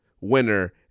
winner